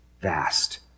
vast